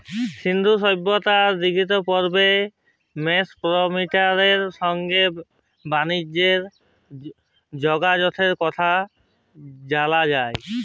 সিল্ধু সভ্যতার দিতিয় পর্বে মেসপটেমিয়ার সংগে বালিজ্যের যগাযগের কথা জালা যায়